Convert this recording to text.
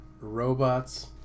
robots